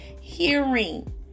hearing